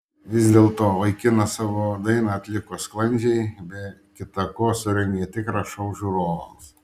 vis dėlto vaikinas savo dainą atliko sklandžiai be kita ko surengė tikrą šou žiūrovams